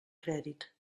crèdit